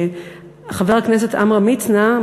חבר הכנסת עמרם מצנע,